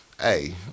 hey